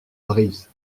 brise